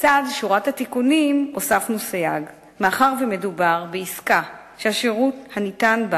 לצד שורת התיקונים הוספנו סייג: מאחר שמדובר בעסקה שהשירות הניתן בה